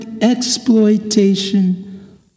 exploitation